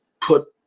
put